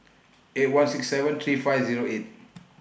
eight one six seven three five Zero eight